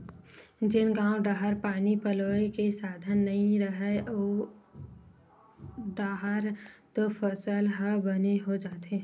जेन गाँव डाहर पानी पलोए के साधन नइय रहय ओऊ डाहर तो फसल ह बने हो जाथे